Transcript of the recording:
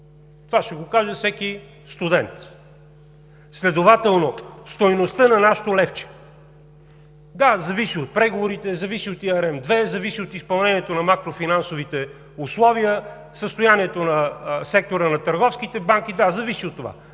Това ще го каже всеки студент. Следователно стойността на нашето левче – да, зависи от преговорите, зависи от ЕRМ ІІ, зависи от изпълнението на макро финансовите условия, състоянието на сектора на търговските банки. Да, зависи и от това,